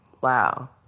Wow